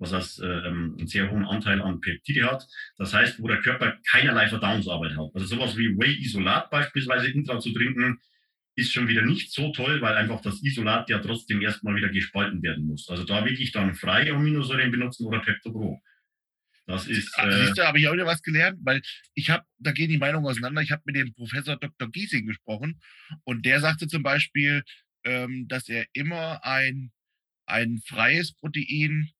was heißt, ähm, einen sehr hohen Anteil an Peptide hat. Das heißt, wo der Körper keinerlei Verdauungsarbeit hat. Also sowas wie Whey Isolat beispielsweise intra zu trinken, ist schon wieder nicht so toll, weil einfach das Isolat ja trotzdem erstmal wieder gespalten werden muss. Also da wirklich dann freie Aminosäuren benutzen oder Pepto-Bro. Das ist, Ah, siehst äh, du, habe ich auch wieder was gelernt, weil ich habe- da gehen die Meinungen auseinander. Ich habe mit dem Professor Dr. Giesing gesprochen und der sagte zum Beispiel, ähm, dass er immer ein- ein freies Protein